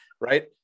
right